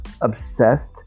obsessed